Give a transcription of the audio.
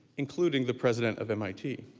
including the president of mit.